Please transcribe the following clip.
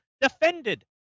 defended